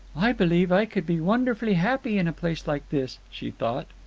i believe i could be wonderfully happy in a place like this, she thought.